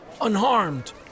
unharmed